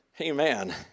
Amen